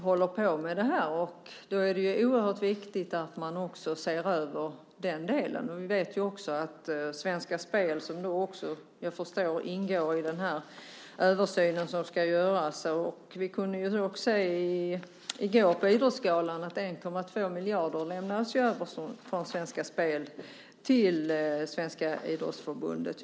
Då är det oerhört viktigt att man också ser över den delen. Som jag förstår ingår också Svenska Spel i den översyn som ska göras. Vi kunde se i går på Idrottsgalan att 1,2 miljarder lämnades över från Svenska Spel till Riksidrottsförbundet.